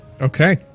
Okay